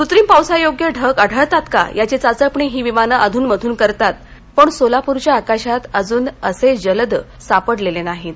कृत्रिम पावसायोग्य ढग आढळतात का याची चाचपणी ही विमानं अध्नमधून करतात पण सोलापूरच्या आकाशात अजून असे जलद सापडलेले नाहीत